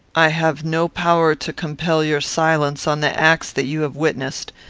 i have no power to compel your silence on the acts that you have witnessed.